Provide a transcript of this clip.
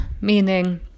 meaning